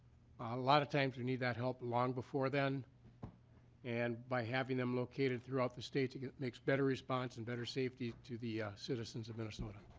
a lot of times we need that help long before then and by having them located throughout the state makes better response and safety to the citizens of minnesota.